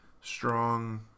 strong